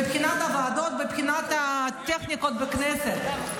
מבחינת הוועדות, מבחינת הטכניקות בכנסת.